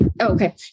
Okay